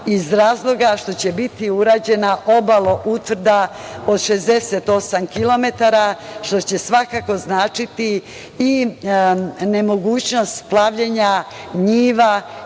iz razloga što će biti urađena obaloutvrda od 68 kilometara, što će svakako značiti i nemogućnost plavljenja njiva